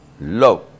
love